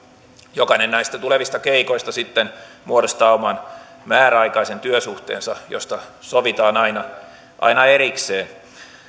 jokainen näistä tulevista keikoista sitten muodostaa oman määräaikaisen työsuhteensa josta sovitaan aina aina erikseen